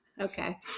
Okay